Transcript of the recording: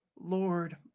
Lord